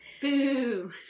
Boo